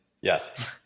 Yes